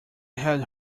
held